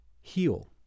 Heal